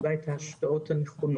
בפעילות החשובה הזו השקעות נכונות.